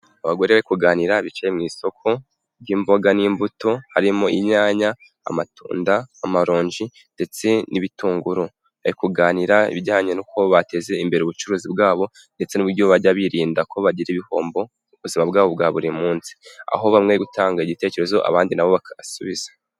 Abagore bari kuganira bicaye mu isoko ry'imboga n'imbuto, harimo inyanya, amatunda, amaronji ndetse n'ibitunguru, bari kuganira ibijyanye nuko bateza imbere ubucuruzi bwabo, ndetse n'uburyo bajya birinda ko bagira ibihombo mu buzima bwabo bwa buri munsi, aho bamwe gutanga igitekerezo abandi nabo bakasubiza.